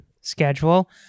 Schedule